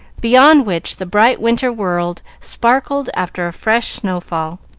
beyond which the bright winter world sparkled after a fresh snow-fall.